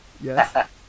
Yes